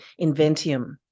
Inventium